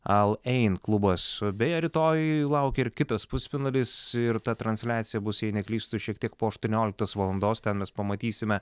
al ein klubas beje rytoj laukia ir kitas pusfinalis ir ta transliacija bus jei neklystu šiek tiek po aštuonioliktos valandos ten mes pamatysime